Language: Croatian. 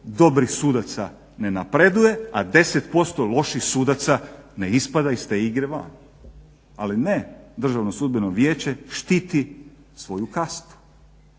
dobrih sudaca ne napreduje, a 10% loših sudaca ne ispada iz te igre van. Ali ne, Državno sudbeno vijeće štiti svoju kastu.